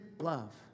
love